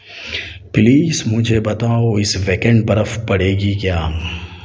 please مجھے بتاؤ اس ویکینڈ برف پڑے گی کیا